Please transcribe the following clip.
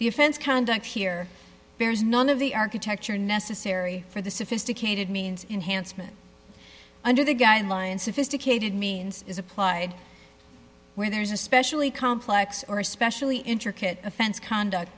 offense conduct here bears none of the architecture necessary for the sophisticated means enhanced under the guidelines sophisticated means is applied where there is especially complex or especially intricate offense conduct